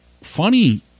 funny